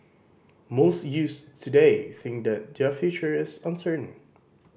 most youths today think that their future is uncertain